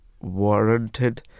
warranted